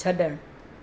छॾणु